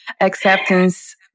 Acceptance